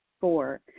Four